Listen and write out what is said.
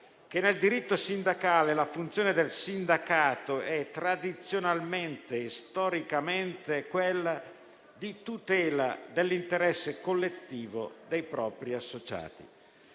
che nel diritto sindacale la funzione del sindacato è tradizionalmente e storicamente quella di tutela dell'interesse collettivo dei propri associati.